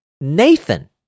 Nathan